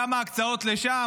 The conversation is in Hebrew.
כמה הקצאות לשם,